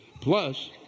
plus